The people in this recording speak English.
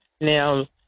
Now